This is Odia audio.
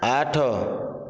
ଆଠ